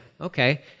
okay